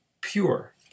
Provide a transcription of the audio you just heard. pure